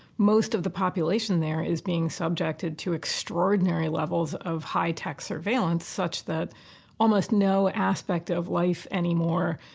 most of the population there is being subjected to extraordinary levels of high-tech surveillance such that almost no aspect of life anymore,